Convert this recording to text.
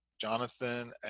jonathan